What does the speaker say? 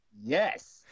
Yes